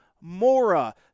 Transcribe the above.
Mora